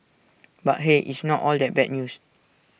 but hey it's not all that bad news